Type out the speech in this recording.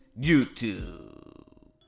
YouTube